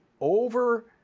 over